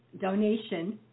donation